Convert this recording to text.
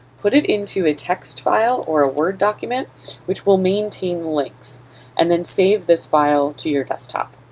put it into a text file or a word document which will maintain links and then save this file to your desktop.